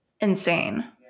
insane